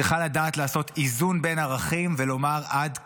צריכה לדעת לעשות איזון בין ערכים ולומר: עד כאן.